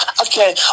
Okay